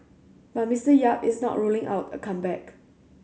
but Mister Yap is not ruling out a comeback